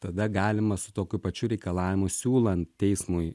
tada galima su tokiu pačiu reikalavimu siūlant teismui